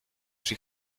she